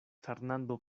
fernando